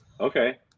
Okay